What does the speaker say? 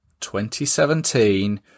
2017